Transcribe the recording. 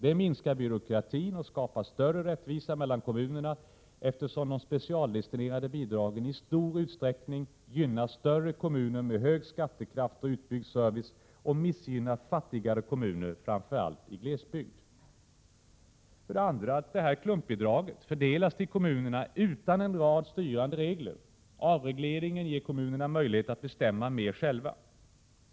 Det minskar byråkratin och skapar större rättvisa mellan kommunerna, eftersom de specialdestinerade bidragen i stor utsträckning gynnar större kommuner med hög skattekraft och utbyggd service och missgynnar fattigare kommuner, framför allt i glesbygden. För det andra skall detta klumpbidrag fördelas till kommunerna utan en rad styrande regler. Avregleringen ger kommunerna möjlighet att bestämma mer själva.